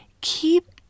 Keep